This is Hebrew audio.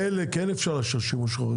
באלה כן אפשר לאשר שימוש חורג.